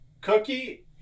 Cookie